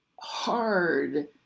hard